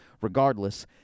Regardless